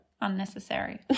Unnecessary